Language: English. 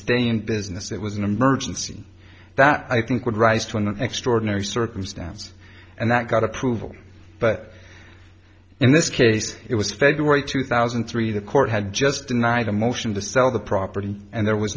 stay in business it was an emergency that i think would rise to an extraordinary circumstance and that got approval but in this case it was february two thousand and three the court had just denied a motion to sell the property and there was